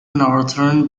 northern